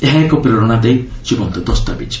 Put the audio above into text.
ଏହା ଏକ ପ୍ରେରଣାଦାୟୀ ଜୀବନ୍ତ ଦସ୍ତାବିଜ୍